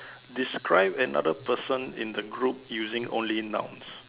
describe another person in the group using only nouns